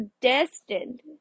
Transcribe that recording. destined